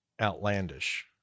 outlandish